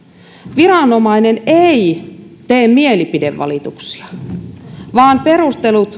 viranomainen ei tee mielipidevalituksia vaan perustelujen